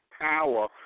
power